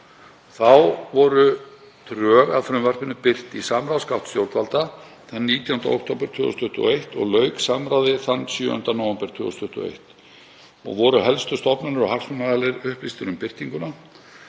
Þá voru drög að frumvarpinu birt í samráðsgátt stjórnvalda 19. október 2021 og lauk samráði hinn 7. nóvember 2021. Voru helstu stofnanir og hagsmunaaðilar upplýstir um birtinguna,